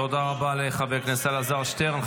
תודה רבה לחבר הכנסת אלעזר שטרן.